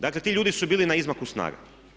Dakle ti ljudi su bili na izmaku snaga.